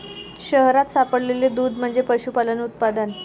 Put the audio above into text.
शहरात सापडलेले दूध म्हणजे पशुपालन उत्पादन